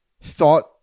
thought